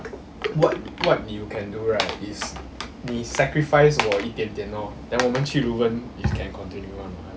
what what you can do right is 你 sacrifice 我一点点 lor then 我们去 leuven is can continue [one] [what]